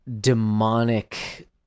demonic